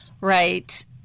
right